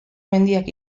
mendiak